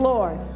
Lord